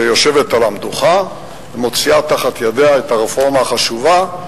והיא יושבת על המדוכה ומוציאה מתחת ידיה את הרפורמה החשובה.